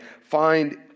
find